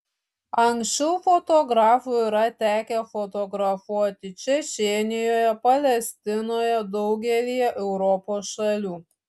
anksčiau fotografui yra tekę fotografuoti čečėnijoje palestinoje daugelyje europos šalių